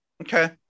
Okay